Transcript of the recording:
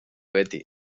beti